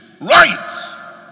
right